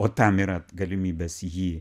o tam yra galimybės jį